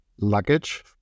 Luggage